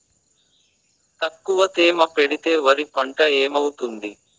తక్కువ తేమ పెడితే వరి పంట ఏమవుతుంది